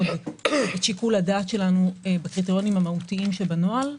את שיקול הדעת שלנו בקריטריונים המהותיים שבנוהל.